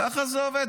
ככה זה עובד.